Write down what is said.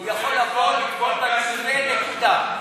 הוא יכול לבוא לטבול במקווה, נקודה.